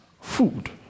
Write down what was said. food